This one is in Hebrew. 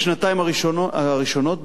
בשנתיים הראשונות,